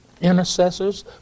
intercessors